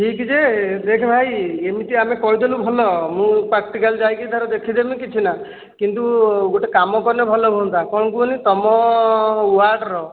ଠିକ୍ ଯେ ଦେଖ ଭାଇ ଏମିତି ଆମେ କହିଦେଲୁ ଭଲ ମୁଁ ପ୍ରାକଟିକାଲ ଯାଇକି ତା ର ଦେଖିଦେବି କିଛି ନା କିନ୍ତୁ ଗୋଟେ କାମ କଲେ ଭଲ ହୁଅନ୍ତା କ'ଣ କୁହନି ତମ ୱାର୍ଡ ର